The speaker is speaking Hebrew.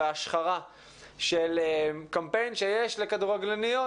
וההשחרה של קמפיין שיש לכדורגלניות,